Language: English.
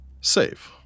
save